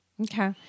Okay